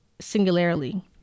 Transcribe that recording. singularly